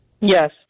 Yes